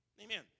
Amen